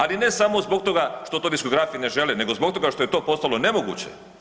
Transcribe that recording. Ali ne samo zbog toga što to diskografi ne žele, nego zbog toga što je to postalo nemoguće.